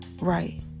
right